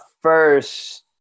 first